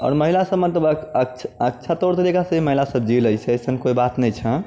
आओर महिला सभ मतलब अच्छ अच्छा तौर से महिला सभ जी लैत छै अइसन कोइ बात नहि छै